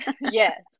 Yes